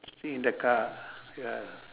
sit in the car ya